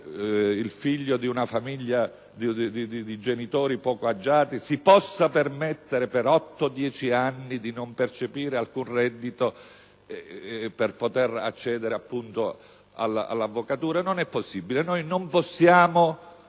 il figlio di una famiglia di genitori poco agiati si possa permettere per 8-10 anni di non percepire alcun reddito per poter accedere, appunto, all'avvocatura? Non è possibile e non possiamo